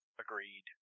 Agreed